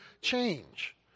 change